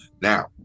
Now